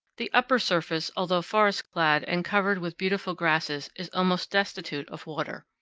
the upper surface, although forest-clad and covered with beautiful grasses, is almost destitute of water.